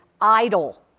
idle